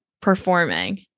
performing